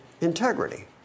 integrity